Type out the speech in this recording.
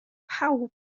pawb